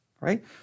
right